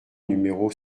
numéro